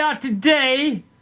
today